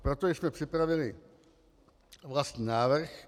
Proto jsme připravili vlastní návrh.